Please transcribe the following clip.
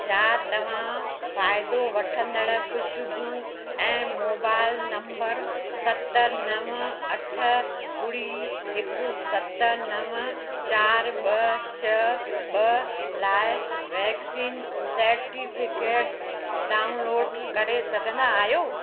छा तव्हां फ़ाइदो वठंदड़ खुशबू ऐं मोबाइल नंबर सत नव अठ ॿुड़ी हिक सत नव चारि ॿ छह ॿ लाइ वैक्सीन सेटिफिकेट डाउनलोड करे सघंदा आहियो